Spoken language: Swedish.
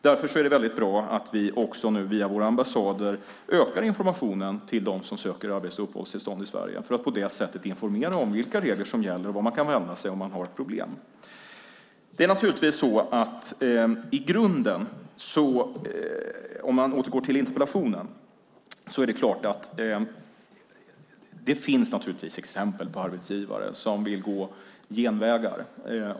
Därför är det bra att vi också nu via våra ambassader ökar informationen till dem som söker arbets och uppehållstillstånd i Sverige för att på det sättet informera om vilka regler som gäller och vart man kan vända sig om man har problem. Om vi återgår till interpellationen är det klart att det finns exempel på arbetsgivare som vill gå genvägar.